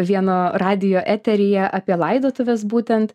vieno radijo eteryje apie laidotuves būtent